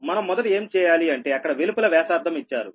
మనం మొదట ఏమి చేయాలి అంటే అక్కడ వెలుపల వ్యాసార్థం ఇచ్చారు